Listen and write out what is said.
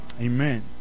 Amen